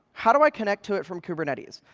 how do i connect to it from kubernetes?